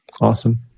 Awesome